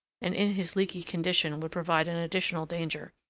and in his leaky condition would provide an additional danger.